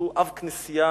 שהוא אב כנסייה